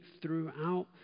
Throughout